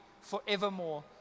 forevermore